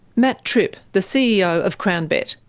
matt tripp, the ceo of crownbet.